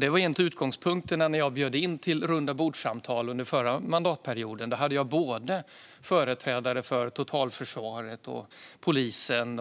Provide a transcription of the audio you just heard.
Det var en av utgångspunkterna när jag bjöd in till rundabordssamtal under förra mandatperioden. Där fanns företrädare för både totalförsvaret och polisen